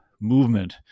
movement